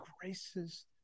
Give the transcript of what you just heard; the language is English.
graces